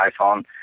iPhone